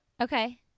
Okay